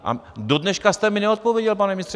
A dodneška jste mi neodpověděl, pane ministře.